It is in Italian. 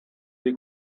dei